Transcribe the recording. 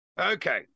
okay